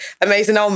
amazing